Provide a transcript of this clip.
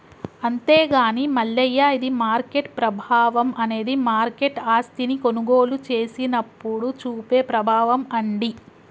అంతేగాని మల్లయ్య ఇది మార్కెట్ ప్రభావం అనేది మార్కెట్ ఆస్తిని కొనుగోలు చేసినప్పుడు చూపే ప్రభావం అండి